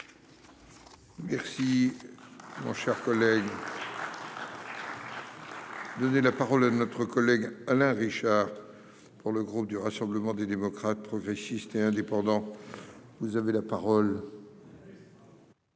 Merci mon cher collègue. Donner la parole à notre collègue Alain Richard pour le groupe du Rassemblement des démocrates progressistes et indépendants, vous avez la parole.